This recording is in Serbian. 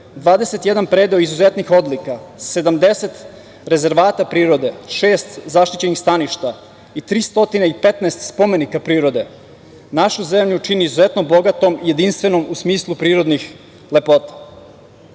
21 predeo izuzetnih odlika, 70 rezervata prirode, šest zaštićenih staništa i 315 spomenika prirode, našu zemlju čini izuzetnom bogatom i jedinstvenom u smislu prirodnih lepota. Kada